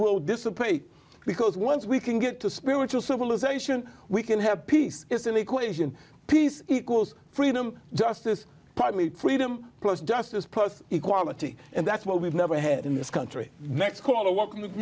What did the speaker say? will dissipate because once we can get to spiritual civilization we can have peace is an equation peace equals freedom justice partly freedom plus justice plus equality and that's what we've never had in this country that's called a walk with